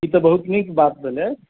ई तऽ बहुत नीक बात भेलै